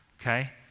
okay